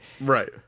Right